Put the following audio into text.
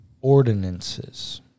ordinances